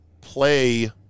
play